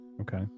okay